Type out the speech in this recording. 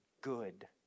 good